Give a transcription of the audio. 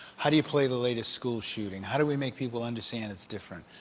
how do you play the latest school shooting. how do we make people understand it's different.